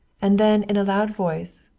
and then in a loud voice,